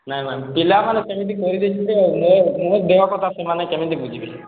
ନାଇଁ ମ୍ୟାମ୍ ପିଲାମାନେ ସେମିତି କହି ଦେଇଛନ୍ତି ଆଉ ମୋ ମୋ ଦେହ କଥା ସେମାନେ କେମିତି ବୁଝିବେ